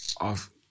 off